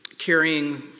carrying